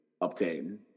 obtain